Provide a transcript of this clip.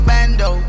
Bando